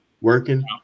working